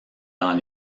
dans